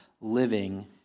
living